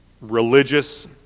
religious